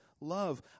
love